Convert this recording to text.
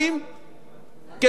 כדי להראות לכל העולם,